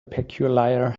peculiar